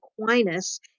Aquinas